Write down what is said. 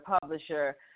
publisher